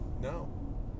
No